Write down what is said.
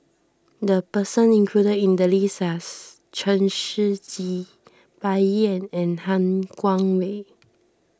the person included in the list are Chen Shiji Bai Yan and Han Guangwei